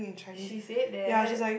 she said that